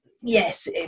yes